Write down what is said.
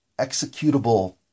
executable